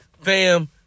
fam